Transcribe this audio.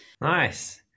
Nice